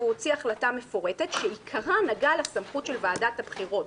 והוא הוציא החלטה מפורטת שעיקרה נגע לסמכות של ועדת הבחירות,